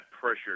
pressure